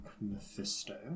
Mephisto